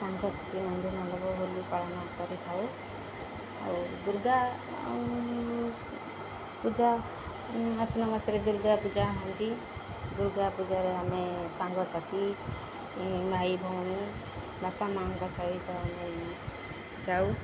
ସାଙ୍ଗସାଥିୀ ବନ୍ଧୁବାନ୍ଧବ ହୋଲି ପାଳନ କରିଥାଉ ଆଉ ଦୁର୍ଗା ପୂଜା ଅଶ୍ୱିନ ମାସରେ ଦୁର୍ଗା ପୂଜା ହୁଅନ୍ତି ଦୁର୍ଗା ପୂଜାରେ ଆମେ ସାଙ୍ଗସାଥି ଭାଇ ଭଉଣୀ ବାପା ମାଆଙ୍କ ସହିତ ଆମେ ଯାଉ